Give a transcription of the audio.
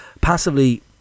Passively